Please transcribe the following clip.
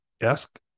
Ask